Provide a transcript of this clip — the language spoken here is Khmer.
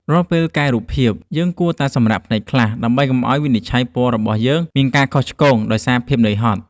រាល់ពេលកែរូបភាព យើងគួរតែសម្រាកភ្នែកខ្លះ ដើម្បីកុំឱ្យការវិនិច្ឆ័យពណ៌របស់យើងមានការខុសឆ្គងដោយសារភាពហត់នឿយ។